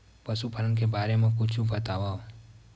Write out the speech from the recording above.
पशुपालन के बारे मा कुछु बतावव?